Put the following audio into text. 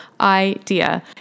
idea